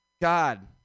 God